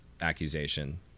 accusation